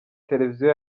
televiziyo